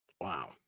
Wow